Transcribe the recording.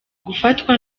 gufatwa